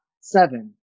seven